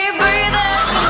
breathing